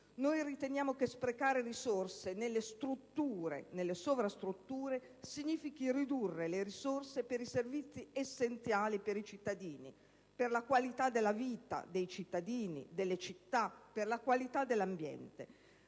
Riteniamo che sprecare risorse nelle strutture e nelle sovrastrutture significhi ridurre le risorse per i servizi essenziali per i cittadini, per la qualità della loro vita e delle città e per la qualità dell'ambiente.